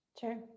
Sure